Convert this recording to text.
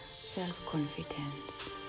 self-confidence